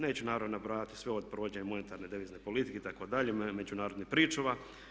Neću naravno nabrajati sve od provođenja monetarne devizne politike itd., međunarodnih pričuva.